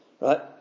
Right